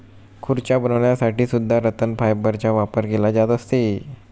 खुर्च्या बनवण्यासाठी सुद्धा रतन फायबरचा वापर केला जात असे